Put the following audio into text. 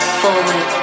forward